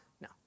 No